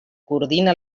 coordina